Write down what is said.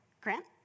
Grant